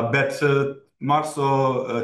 bet marso